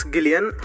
Gillian